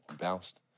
Bounced